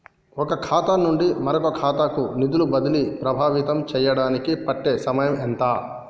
ఒక ఖాతా నుండి మరొక ఖాతా కు నిధులు బదిలీలు ప్రభావితం చేయటానికి పట్టే సమయం ఎంత?